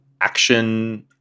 action